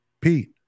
Pete